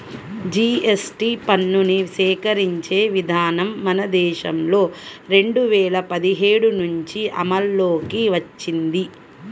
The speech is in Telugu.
జీఎస్టీ పన్నుని సేకరించే విధానం మన దేశంలో రెండు వేల పదిహేడు నుంచి అమల్లోకి వచ్చింది